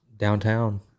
Downtown